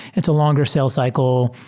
it's a longer sales cycle.